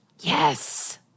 Yes